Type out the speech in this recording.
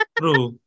true